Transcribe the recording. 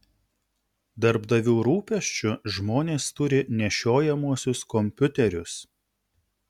darbdavių rūpesčiu žmonės turi nešiojamuosius kompiuterius